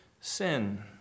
sin